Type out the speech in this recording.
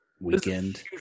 weekend